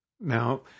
Now